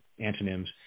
antonyms